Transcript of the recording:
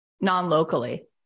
non-locally